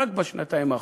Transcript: רק בשנתיים האחרונות,